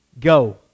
Go